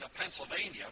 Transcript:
Pennsylvania